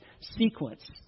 sequence